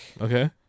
Okay